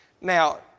Now